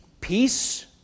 Peace